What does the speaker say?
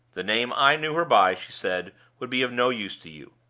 the name i knew her by, she said, would be of no use to you.